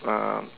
um